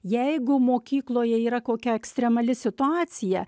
jeigu mokykloje yra kokia ekstremali situacija